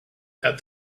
that